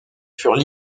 furent